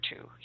two